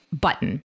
button